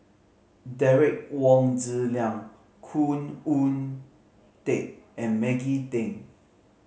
Derek Wong Zi Liang Khoo Oon Teik and Maggie Teng